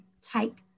take